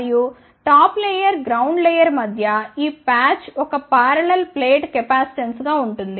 మరియు top layer ground layer మధ్య ఈ ప్యాచ్ ఒక పారలల్ ప్లేట్ కెపాసిటెన్స్ గా ఉంటుంది